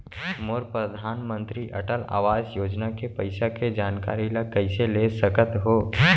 मोर परधानमंतरी अटल आवास योजना के पइसा के जानकारी ल कइसे ले सकत हो?